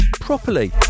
properly